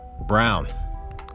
Brown